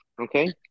Okay